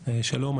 שלום,